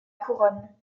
couronne